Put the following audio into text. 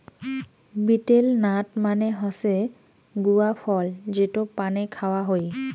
betel nut মানে হসে গুয়া ফল যেটো পানে খাওয়া হই